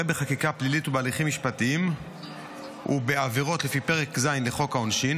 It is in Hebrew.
בחקיקה פלילית ובהליכים משפטיים ובעבירות לפי פרק ז' לחוק העונשין,